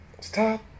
Stop